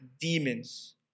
demons